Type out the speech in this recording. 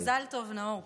אז מזל טוב, נאור.